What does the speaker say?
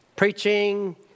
Preaching